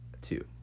two